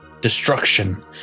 destruction